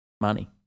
money